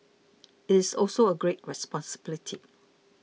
it's also a great responsibility